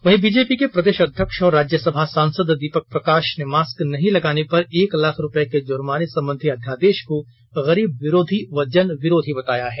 वहीं बीजेपी के प्रदेश अध्यक्ष और राज्यसभा सांसद दीपक प्रकाश ने मास्क नहीं लगाने पर एक लाख रुपये के जुर्माने संबंधी अध्यादेश को गरीब विरोधी व जन विरोधी बताया है